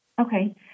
Okay